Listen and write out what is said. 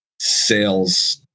Sales